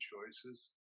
choices